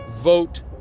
vote